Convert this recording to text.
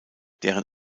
deren